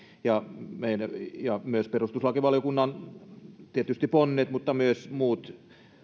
ja tietysti myös perustuslakivaliokunnan ponnet mutta myös muut